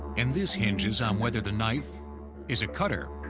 and this hinges on whether the knife is a cutter